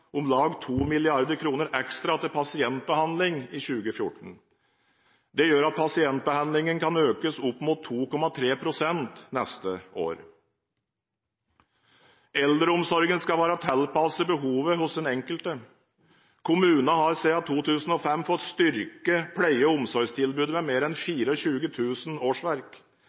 om lag 2 mrd. kr ekstra til pasientbehandling i 2014. Det gjør at pasientbehandlingen kan økes med opp mot 2,3 pst. neste år. Eldreomsorgen skal være tilpasset behovet hos den enkelte. Kommunene har siden 2005 fått styrket pleie- og omsorgstilbudet med mer enn 24 000 årsverk.